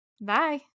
Bye